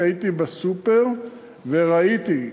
כי הייתי בסופר וראיתי.